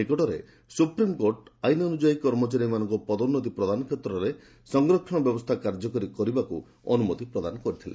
ନିକଟରେ ସୁପ୍ରିମ୍କୋର୍ଟ ଆଇନ୍ ଅନୁଯାୟୀ କର୍ମଚାରୀମାନଙ୍କୁ ପଦୋନୁତି ପ୍ରଦାନ କ୍ଷେତ୍ରରେ ସଂରକ୍ଷଣ ବ୍ୟବସ୍ଥା କାର୍ଯ୍ୟକାରୀ କରିବାକୁ ଅନୁମତି ପ୍ରଦାନ କରିଥିଲେ